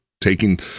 Taking